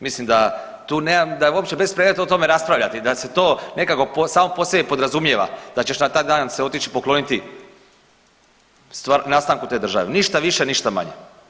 Mislim da tu nemam, da je uopće bespredmetno o tome raspravljati, da se to nekako samo po sebi podrazumijeva da ćeš na taj dan se otići i pokloniti nastanku te države, ništa više, ništa manje.